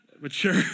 mature